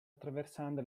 attraversando